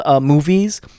movies